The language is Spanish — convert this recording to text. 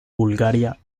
bulgaria